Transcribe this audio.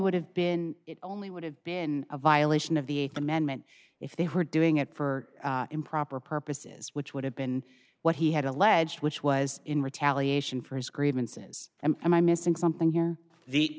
would have been it only would have been a violation of the th amendment if they were doing it for improper purposes which would have been what he had alleged which was in retaliation for his grievances and am i missing something here